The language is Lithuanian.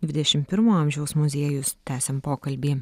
dvidešimt pirmo amžiaus muziejus tęsiam pokalbį